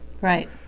Right